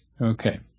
Okay